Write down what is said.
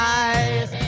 eyes